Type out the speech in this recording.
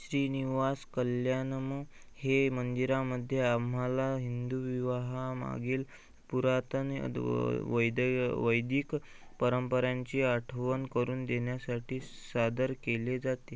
श्रीनिवास कल्याणम हे मंदिरामध्ये आम्हाला हिंदू विवाहामागील पुरातन अद व वैद वैदिक परंपरांची आठवण करून देण्यासाठी सादर केले जाते